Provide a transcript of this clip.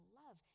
love